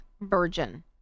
virgin